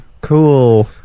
Cool